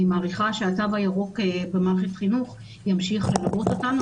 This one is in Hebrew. אני מעריכה שהתו הירוק במערכת החינוך ימשיך ללוות אותנו,